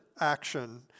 action